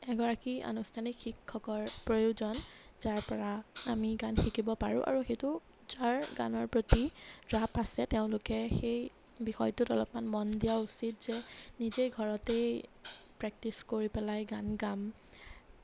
এগৰাকী আনুষ্ঠানিক শিক্ষকৰ প্ৰয়োজন যাৰ পৰা আমি গান শিকিব পাৰোঁ আৰু সেইটো যাৰ গানৰ প্ৰতি ৰাপ আছে তেওঁলোকে সেই বিষয়টোত অলপমান মন দিয়া উচিত যে নিজেই ঘৰতেই প্ৰেক্টিছ কৰি পেলাই গান গাম